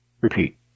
repeat